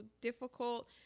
difficult